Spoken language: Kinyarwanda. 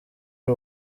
y’u